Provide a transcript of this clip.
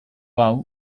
hau